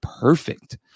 perfect